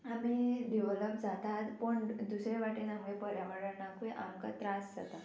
आमी डिवलॉप जातात पूण दुसरे वाटेन आमगे पर्यावरणाकूय आमकां त्रास जाता